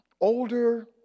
older